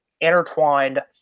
intertwined